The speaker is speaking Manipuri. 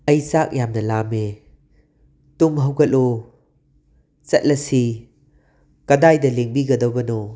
ꯑꯩ ꯆꯥꯛ ꯌꯥꯝꯅ ꯂꯥꯝꯃꯦ ꯇꯨꯝ ꯍꯧꯒꯠꯂꯣ ꯆꯠꯂꯁꯤ ꯀꯗꯥꯏꯗ ꯂꯦꯡꯕꯤꯒꯗꯕꯅꯣ